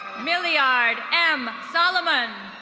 milliard m solomon.